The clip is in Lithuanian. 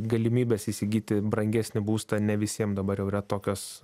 galimybės įsigyti brangesnį būstą ne visiem dabar jau yra tokios